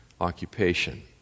occupation